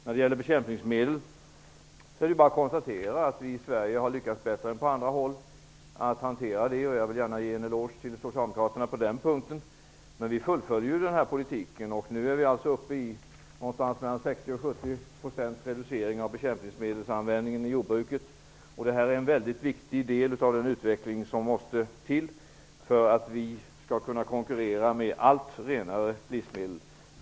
Det är bara att konstatera att vi i Sverige har lyckats bättre än vad man har gjort på andra håll när det gäller att hantera bekämpningsmedlen. Jag vill gärna ge en eloge till socialdemokraterna på den punkten. Vi fullföljer den politiken. Vi är uppe i mellan 60 och 70 % reducering av bekämpningsmedelsanvändningen i jordbruket. Det är en väldigt viktig del av den utveckling som måste till för att vi skall kunna konkurrera med allt renare livsmedel.